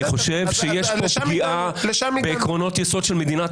אני חושב שיש כאן שגיאה בעקרונות יסוד של מדינת